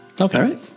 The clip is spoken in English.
okay